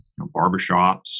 barbershops